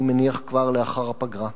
אני מניח כבר לאחר הפגרה.